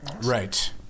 Right